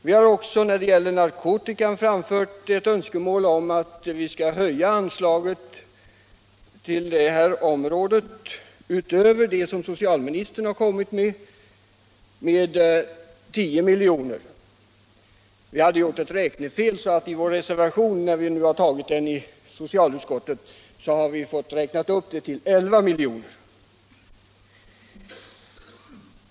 Vi har också när det gäller narkotikabekämpningen framfört ett önskemål om att anslaget skall höjas med 10 miljoner utöver socialministerns förslag. Vi hade gjort ett räknefel, men i socialutskottet har vi nu vid utformningen av vår reservation räknat upp beloppet till 11 milj.kr.